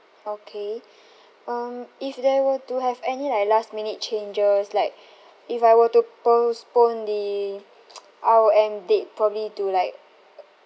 okay um if there were to have any like last minute changes like if I were to postpone the R_O_M date probably to like uh